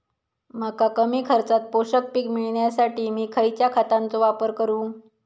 मका कमी खर्चात पोषक पीक मिळण्यासाठी मी खैयच्या खतांचो वापर करू?